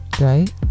Right